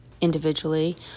individually